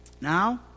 Now